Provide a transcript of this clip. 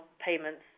payments